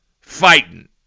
fighting